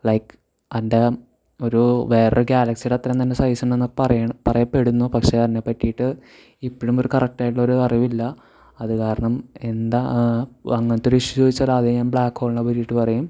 like അന്തകം ഒരു വേറെ ഒരു ഗ്യാലക്സിടെ അത്രേം തന്നെ സൈസ് ഉണ്ടെന്ന് പറയണ് പറയപ്പെടുന്നു പക്ഷേ അതിനെ പറ്റീട്ട് ഇപ്പോഴും ഒരു കറക്റ്റായിട്ടുള്ളൊരു അറിവില്ല അത് കാരണം എന്താ അങ്ങനത്തൊരു ഇഷ്യൂ ചോദിച്ചാൽ ആദ്യം ഞാൻ ബ്ലാക്ക് ഹോളിനെ പറ്റീട്ട് പറയും